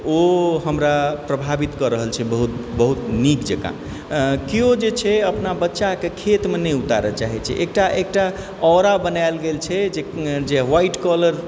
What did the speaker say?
ओ हमरा प्रभावित कऽ रहल छै बहुत बहुत नीक जेकाँ केओ जे छै अपना बच्चाके खेतमे नहि उतारऽ चाहे छै एकटा औरा बनाओल गेल छै जे ह्वाइट कॉलर